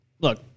Look